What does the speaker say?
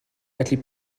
felly